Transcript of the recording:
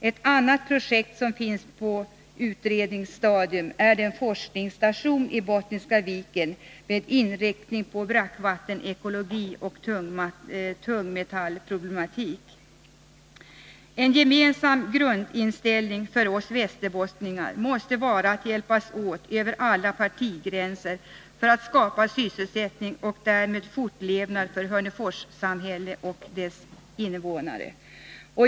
Ett annat projekt, som är på utredningsstadiet, är en forskningsstation i Bottniska viken, närmare bestämt i Norrbyn, med inriktning på brackvattenekologi och tungmetallproblematik. En gemensam grundinställning för oss västerbottningar måste vara att hjälpas åt över alla partigränser för att skapa sysselsättning och därmed fortlevnad för Hörnefors samhälle och dess invånare.